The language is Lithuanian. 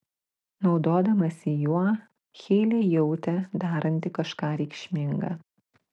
naudodamasi juo heilė jautė daranti kažką reikšminga